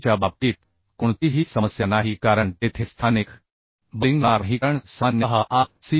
member च्या बाबतीत कोणतीही समस्या नाही कारण तेथे स्थानिक बक्लिंग होणार नाही कारण सामान्यतः आर